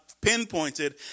pinpointed